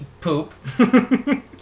Poop